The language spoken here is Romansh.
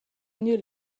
gnü